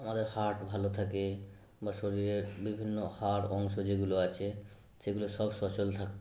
আমাদের হার্ট ভালো থাকে বা শরীরের বিভিন্ন হাড় অংশ যেগুলো আছে সেগুলো সব সচল থাকত